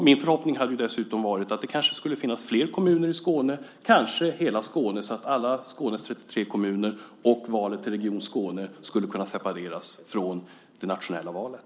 Min förhoppning hade dessutom varit att det kanske skulle finnas fler kommuner i Skåne, kanske hela Skåne, så att alla Skånes 33 kommuner och valet till region Skåne skulle kunna separeras från det nationella valet.